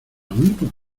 amigos